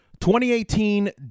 2018